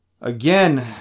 again